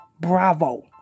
Bravo